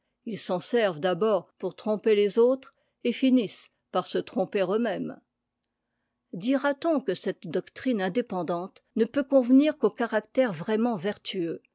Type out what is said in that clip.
ils s'en servent d'abord pour tromper les autres et finissent par se tromper eux-mêmes dira-t-on que cette doctrine indépendante ne peut convenir qu'aux caractères vraiment vertueux